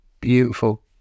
Beautiful